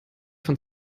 von